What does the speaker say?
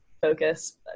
focus